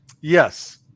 Yes